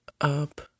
up